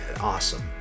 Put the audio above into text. awesome